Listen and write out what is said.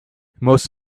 most